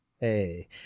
Hey